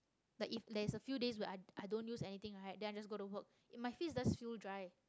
like if there's a few days where I I don't use anything right then I just go to work yeah my face does feel dry